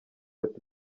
ati